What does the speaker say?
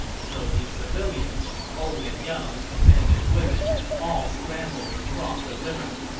so these civilians, old and young, men and women, all scrambled across the river.